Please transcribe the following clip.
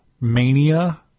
mania